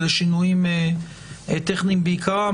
אלה שינויים טכניים בעיקרם.